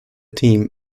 team